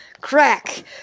Crack